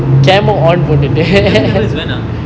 eleven eleven is when ah